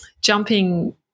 jumping